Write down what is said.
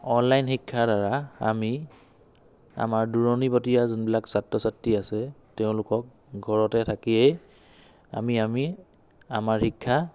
online শিক্ষাৰ দ্বাৰা আমি আমাৰ দূৰণিবটীয়া যোনবিলাক ছাত্ৰ ছাত্ৰী আছে তেওঁলোকক ঘৰতে থাকিয়েই আমি আমি আমাৰ শিক্ষা